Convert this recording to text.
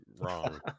wrong